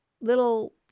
little